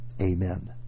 amen